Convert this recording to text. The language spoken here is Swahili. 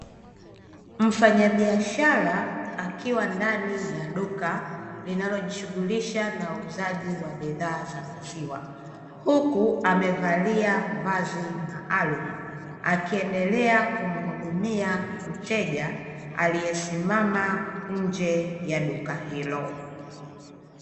Mfanya biashara akiwa ndani ya duka linalojishughulisha na uuzaji wa bidhaa za maziwa, huku amevalia vazi maalumu, akiendelea kumuhudumia mteja aliyesimama nje ya duka hilo.